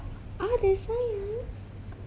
abang ada R_X_Z tak